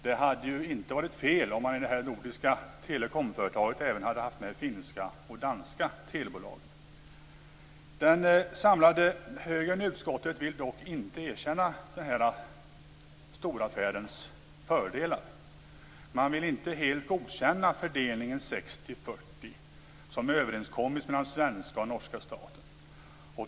Det hade ju inte varit fel om man i det här nordiska telekomföretaget även hade haft med finska och danska telebolag. Den samlade högern i utskottet vill dock inte erkänna den här storaffärens fördelar. Man vill inte helt godkänna fördelningen 60-40 som överenskommits mellan svenska och norska staten.